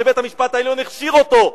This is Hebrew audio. שבית-המשפט העליון הכשיר אותו,